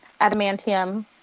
adamantium